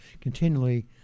continually